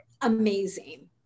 amazing